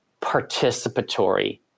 participatory